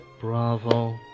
bravo